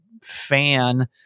fan